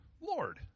Lord